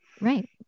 Right